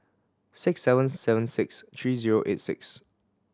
six seven seven six three zero eight six